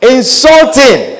Insulting